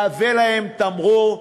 ישמש להם תמרור,